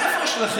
מה הבעיה?